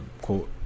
quote